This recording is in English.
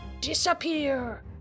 disappear